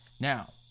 Now